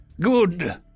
Good